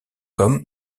comme